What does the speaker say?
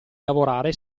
lavorare